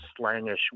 slangish